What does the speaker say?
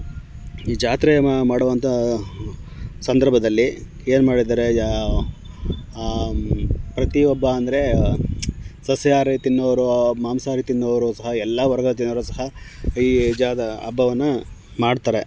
ಈ ಜಾತ್ರೆನ ಮಾಡುವಂಥ ಸಂದರ್ಭದಲ್ಲಿ ಏನು ಮಾಡಿದ್ದಾರೆ ಯಾ ಪ್ರತಿಯೊಬ್ಬ ಅಂದರೆ ಸಸ್ಯಹಾರಿ ತಿನ್ನೋರು ಮಾಂಸಹಾರಿ ತಿನ್ನೋರು ಸಹ ಎಲ್ಲ ವರ್ಗದ ಜನರು ಸಹ ಈ ಜಾದ ಹಬ್ಬವನ್ನ ಮಾಡ್ತಾರೆ